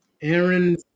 Aaron